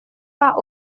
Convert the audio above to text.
pas